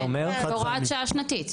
כן זה הוראת שעה שנתית.